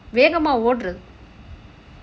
வேகமா ஓட்றது:vegamaa otrathu